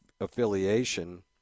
affiliation